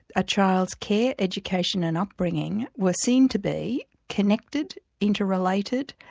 a child's care, education and upbringing were seen to be connected, inter-related,